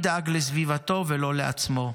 איש משפחה חם ואוהב, שתמיד דאג לסביבתו ולא לעצמו,